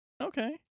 Okay